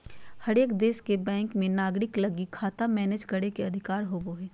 हरेक देश के बैंक मे नागरिक लगी खाता मैनेज करे के अधिकार होवो हय